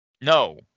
No